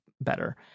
better